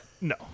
No